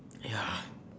ya